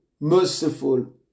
merciful